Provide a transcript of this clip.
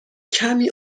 کمی